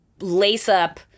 lace-up